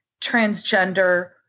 transgender